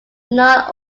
not